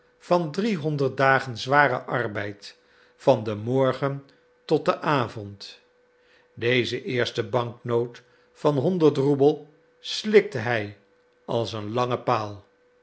van driehonderd dagen zwaren arbeid van den morgen tot den avond deze eerste banknoot van honderd roebel slikte hij als een langen paal